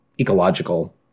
ecological